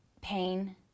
pain